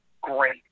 great